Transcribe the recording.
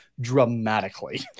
dramatically